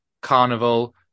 Carnival